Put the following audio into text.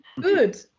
Good